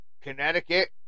Connecticut